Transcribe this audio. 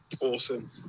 awesome